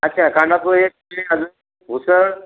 अच्छा कांदापोहे अजून उसळ